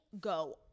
go